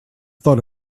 thought